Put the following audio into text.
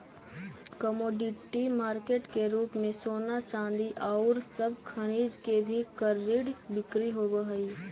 commodity market के रूप में सोना चांदी औउर सब खनिज के भी कर्रिड बिक्री होवऽ हई